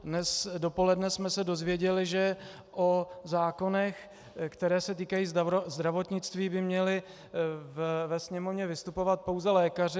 Dnes dopoledne jsme se dozvěděli, že o zákonech, které se týkají zdravotnictví, by měli ve Sněmovně vystupovat pouze lékaři.